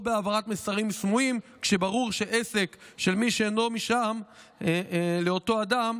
או בהעברת מסרים סמויים כשברור שעסק של מי שאינו משלם לאותו אדם